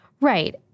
Right